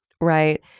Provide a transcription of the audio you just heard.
right